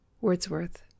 wordsworth